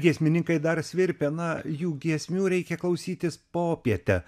giesmininkai dar svirpia na jų giesmių reikia klausytis popietę